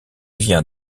vient